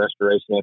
restoration